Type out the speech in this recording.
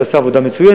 שעשה עבודה מצוינת,